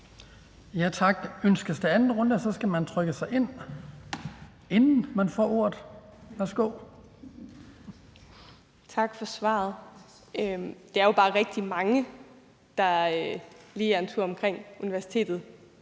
Tak. Ønskes der anden korte bemærkning? Så skal man trykke sig ind, inden man får ordet. Værsgo. Kl. 16:21 Anne Hegelund (EL): Tak for svaret. Det er jo bare rigtig mange, der lige er en tur omkring universitetet